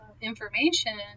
information